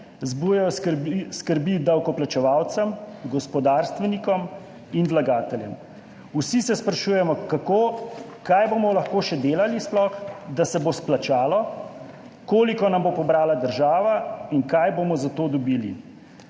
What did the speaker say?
zbujajo skrbi davkoplačevalcem, gospodarstvenikom in vlagateljem. Vsi se sprašujemo, kako, kaj bomo lahko še sploh delali, da se bo splačalo, koliko nam bo pobrala država in kaj bomo za to dobili.